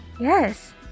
Yes